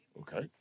Okay